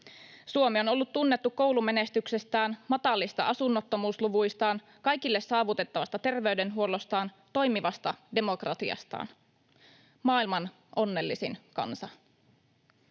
Suomi on ollut tunnettu koulumenestyksestään, matalista asunnottomuusluvuistaan, kaikille saavutettavasta terveydenhuollostaan, toimivasta demokratiastaan — maailman onnellisin kansa.